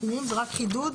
זה רק חידוד.